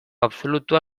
absolutua